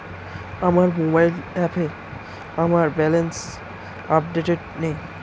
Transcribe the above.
আমার মোবাইল অ্যাপে আমার ব্যালেন্স আপডেটেড নেই